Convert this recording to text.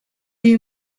you